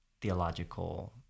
theological